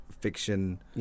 fiction